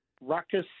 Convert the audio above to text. ruckus